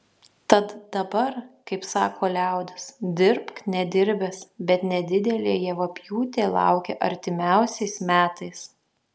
tad dabar kaip sako liaudis dirbk nedirbęs bet nedidelė javapjūtė laukia artimiausiais metais